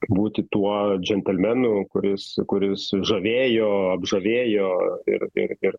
būti tuo džentelmenu kuris kuris sužavėjo apžavėjo ir ir ir